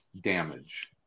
damage